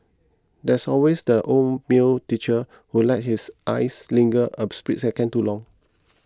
there's always that old male teacher who lets his eyes linger a split second too long